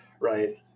right